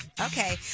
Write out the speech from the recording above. Okay